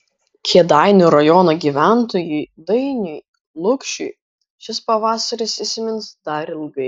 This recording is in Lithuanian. kėdainių rajono gyventojui dainiui lukšiui šis pavasaris įsimins dar ilgai